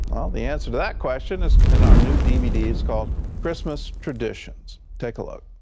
the answer to that question is in our new dvd, it's called christmas traditions. take a look.